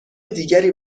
دیگری